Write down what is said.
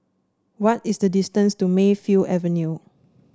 what is the distance to Mayfield Avenue